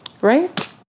Right